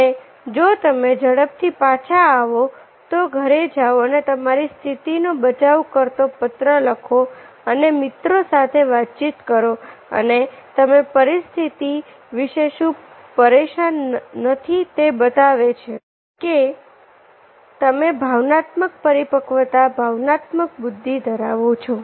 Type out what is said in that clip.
અને જો તમે ઝડપથી પાછા આવો તો ઘરે જાવ અને તમારી સ્થિતિ નો બચાવ કરતો પત્ર લખો અને મિત્રો સાથે વાતચીત કરો અને તમે પરિસ્થિતિ વિશે વધુ પરેશાન નથી તે બતાવે છે કે તમે ભાવનાત્મક પરિપક્વતા ભાવનાત્મક બુદ્ધિ ધરાવો છો